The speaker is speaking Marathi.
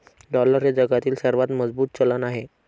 डॉलर हे जगातील सर्वात मजबूत चलन आहे